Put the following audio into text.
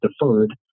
deferred